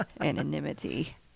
Anonymity